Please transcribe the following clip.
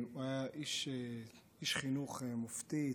הוא היה איש חינוך מופתי,